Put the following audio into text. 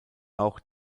auch